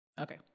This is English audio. Okay